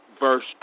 verse